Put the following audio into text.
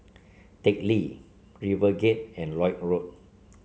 Teck Lee RiverGate and Lloyd Road